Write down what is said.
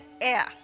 air